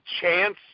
chance